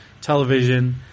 television